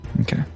Okay